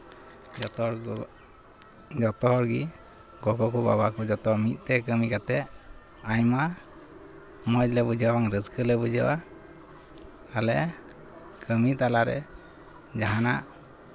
ᱡᱚᱛᱚ ᱦᱚᱲᱫᱚ ᱡᱚᱛᱚ ᱦᱚᱲᱜᱮ ᱜᱚᱜᱚᱼᱵᱟᱵᱟ ᱠᱚ ᱡᱚᱛᱚ ᱢᱤᱫ ᱛᱮ ᱠᱟᱹᱢᱤ ᱠᱟᱛᱮᱫ ᱟᱭᱢᱟ ᱢᱚᱡᱽ ᱞᱮ ᱵᱩᱡᱷᱟᱹᱣᱟ ᱵᱟᱝ ᱨᱟᱹᱥᱠᱟᱹᱞᱮ ᱵᱩᱡᱷᱟᱹᱣᱟ ᱟᱞᱮ ᱠᱟᱹᱢᱤ ᱛᱟᱞᱟᱨᱮ ᱡᱟᱦᱟᱱᱟᱜ